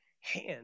hand